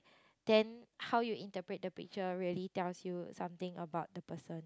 then how you interpret the picture really tells you something about the person